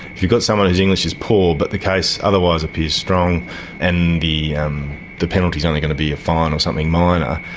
if you've got someone whose english is poor but the case otherwise appears strong and the um the penalty is only going to be a fine or something minor,